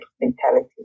mentality